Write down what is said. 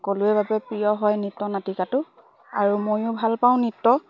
সকলোৱে বাবে প্ৰিয় হয় নৃত্য নাটিকাটো আৰু ময়ো ভাল পাওঁ নৃত্য